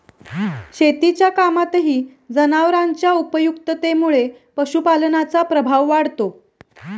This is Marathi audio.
शेतीच्या कामातही जनावरांच्या उपयुक्ततेमुळे पशुपालनाचा प्रभाव वाढतो